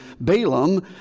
Balaam